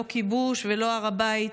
לא כיבוש ולא הר הבית,